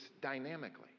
dynamically